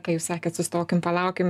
ką jūs sakėt sustokim palaukim